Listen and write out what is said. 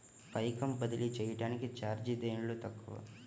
పైకం బదిలీ చెయ్యటానికి చార్జీ దేనిలో తక్కువ?